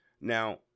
Now